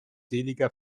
seliger